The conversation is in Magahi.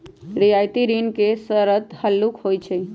रियायती ऋण के शरत हल्लुक होइ छइ